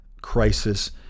crisis